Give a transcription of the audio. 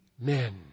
men